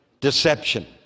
deception